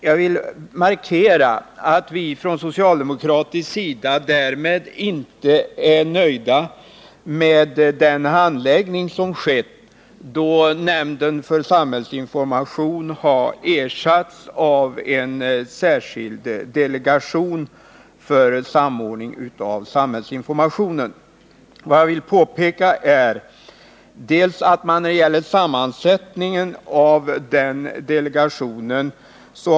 Jag vill markera att vi från socialdemokratisk sida därmed inte är nöjda med den handläggning som har skett, då nämnden för samhällsinformation har ersatts av en särskild delegation för samordning av samhällsinformationen. Jag vill bl.a. göra ett påpekande när det gäller sammansättningen av denna delegation.